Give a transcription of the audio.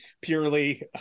purely